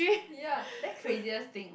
ya then craziest thing